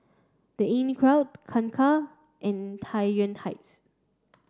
the Inncrowd Kangkar and Tai Yuan Heights